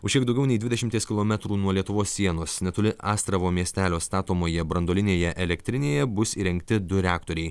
už kiek daugiau nei dvidešimties kilometrų nuo lietuvos sienos netoli astravo miestelio statomoje branduolinėje elektrinėje bus įrengti du reaktoriai